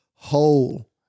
whole